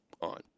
on